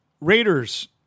Raiders